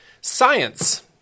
Science